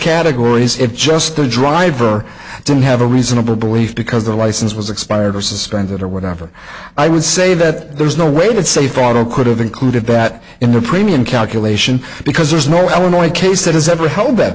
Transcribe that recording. categories it just the driver didn't have a reasonable belief because their license was expired or suspended or whatever i would say that there's no way that safe auto could have included that in the premium calculation because there's no alimony case that has ever held that